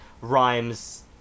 rhymes